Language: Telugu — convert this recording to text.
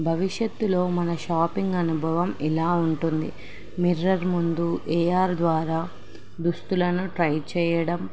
భవిష్యత్తులో మన షాపింగ్ అనుభవం ఎలా ఉంటుంది మిర్రర్ ముందు ఏఆర్ ద్వారా దుస్తులను ట్రై చేయడం